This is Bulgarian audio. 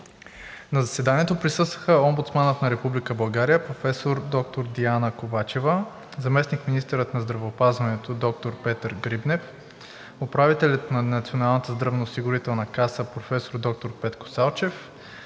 На заседанието присъстваха Омбудсманът на Република България, професор доктор Диана Ковачева, заместник-министърът на здравеопазването доктор Петър Грибнев, управителят на Националната здравноосигурителна каса професор доктор Петко Салчев,